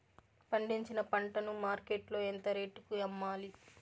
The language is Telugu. పండించిన పంట ను మార్కెట్ లో ఎంత రేటుకి అమ్మాలి?